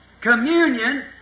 Communion